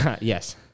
Yes